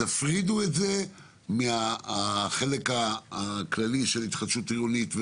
תפרידו את זה מהחלק הכללי של התחדשות עירונית,